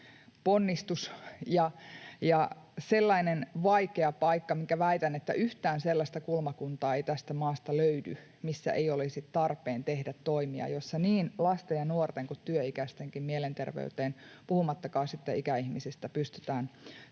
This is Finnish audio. ponnistus ja sellainen vaikea paikka, ja väitän, että yhtään sellaista kulmakuntaa ei tästä maasta löydy, missä ei olisi tarpeen tehdä toimia, joilla niin lasten ja nuorten kuin työ-ikäistenkin mielenterveyteen, puhumattakaan sitten ikäihmisistä, pystytään